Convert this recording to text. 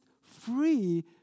free